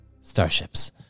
starships